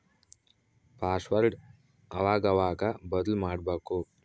password ಅವಾಗವಾಗ ಬದ್ಲುಮಾಡ್ಬಕು